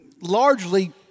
largely